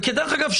ודרך אגב,